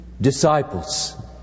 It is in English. disciples